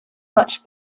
much